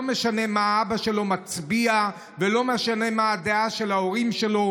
לא משנה מה האבא שלו מצביע ולא משנה מה הדעה של ההורים שלו.